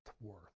worth